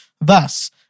Thus